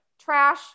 Trash